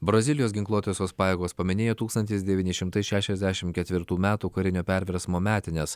brazilijos ginkluotosios pajėgos paminėjo tūkstantis devyni šimtai šešiasdešimt ketvirtų metų karinio perversmo metines